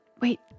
wait